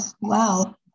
Wow